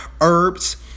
herbs